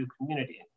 community